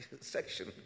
section